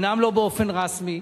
אומנם לא באופן רשמי,